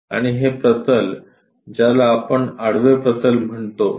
आणि हे प्रतल ज्याला आपण आडवे प्रतल म्हणतो